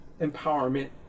empowerment